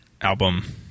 album